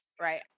Right